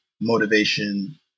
motivation